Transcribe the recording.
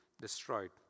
destroyed